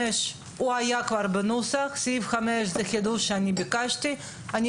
שהיה בנוסח זה החידוש שביקשתי להכניס